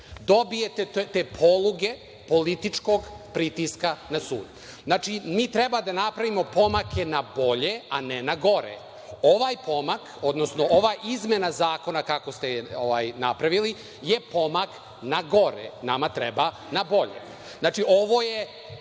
dobijete te poluge političkog pritiska na sud. Znači, mi treba da napravimo pomake na bolje, a ne na gore. Ovaj pomak, odnosno ova izmena zakona, kako ste je napravili je pomak na gore, a nama treba na bolje. Ovo je